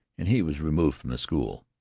and he was removed from the school.